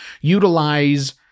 Utilize